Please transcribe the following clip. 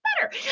better